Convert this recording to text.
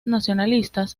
nacionalistas